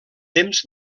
temps